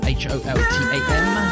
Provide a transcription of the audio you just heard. h-o-l-t-a-m